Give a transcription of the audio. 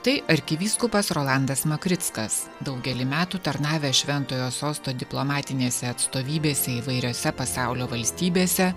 tai arkivyskupas rolandas makrickas daugelį metų tarnavęs šventojo sosto diplomatinėse atstovybėse įvairiose pasaulio valstybėse